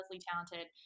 talented